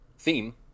Theme